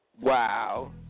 Wow